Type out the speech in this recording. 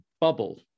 bubble